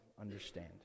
understand